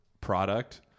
product